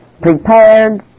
prepared